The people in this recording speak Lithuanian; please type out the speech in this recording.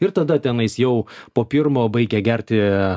ir tada tenais jau po pirmo baigia gerti